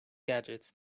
gadgets